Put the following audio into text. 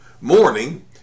morning